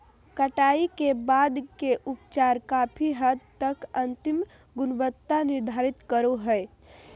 कटाई के बाद के उपचार काफी हद तक अंतिम गुणवत्ता निर्धारित करो हइ